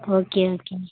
okay okay